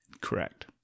Correct